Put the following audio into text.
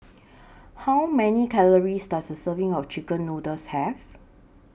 How Many Calories Does A Serving of Chicken Noodles Have